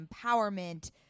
empowerment